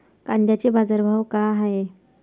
कांद्याचे बाजार भाव का हाये?